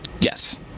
yes